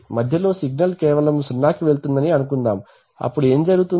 మధ్యలో సిగ్నల్ కేవలం 0 కి వెళుతుందని అనుకుందాం అప్పుడు ఏమి జరుగుతుంది